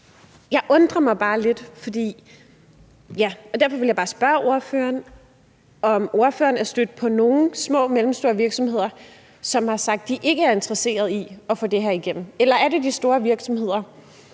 jeg undrer mig bare lidt over det, og derfor vil jeg bare spørge ordføreren, om ordføreren er stødt på nogen små og mellemstore virksomheder, som har sagt, at de ikke er interesseret i at få det her igennem. Eller er det de store virksomheder,